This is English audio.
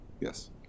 Yes